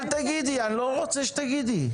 אני לא רוצה שתגידי.